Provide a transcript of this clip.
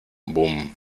boom